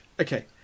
Okay